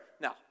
No